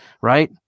right